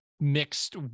mixed